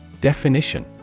Definition